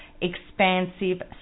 expansive